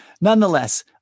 Nonetheless